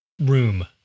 room